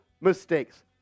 mistakes